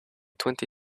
twenty